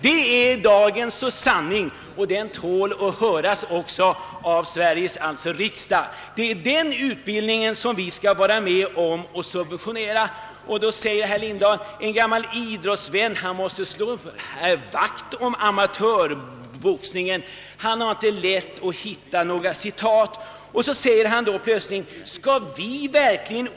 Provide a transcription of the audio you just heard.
Det är dagsens sanning och den tål att höras även av Sveriges riksdag. Det är den utbildningen vi skall vara med om att subventionera, Vidare sade herr Lindahl: »En gammal idrottsvän måste slå vakt om amatörboxningen. Skall vi verkligen.